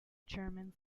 german